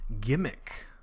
Gimmick